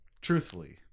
Truthfully